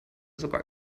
sogar